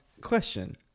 question